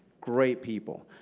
great people.